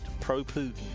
pro-Putin